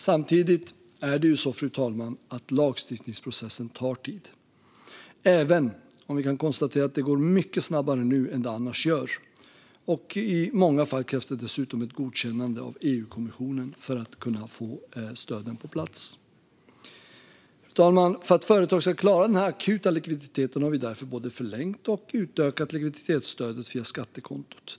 Samtidigt är det på det sättet att lagstiftningsprocessen tar tid, även om vi kan konstatera att det går mycket snabbare nu än det annars gör. I många fall krävs det dessutom ett godkännande av EU-kommissionen för att kunna få stöden på plats. För att företag ska klara den akuta likviditetsbristen har vi därför både förlängt och utökat likviditetsstödet via skattekontot.